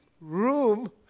room